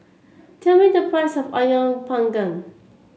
tell me the price of ayam panggang